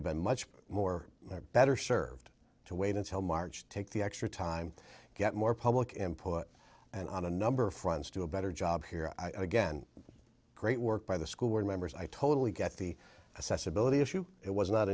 have been much more better served to wait until march take the extra time get more public input and on a number of fronts do a better job here i again great work by the school board members i totally get the s s ability issue it was not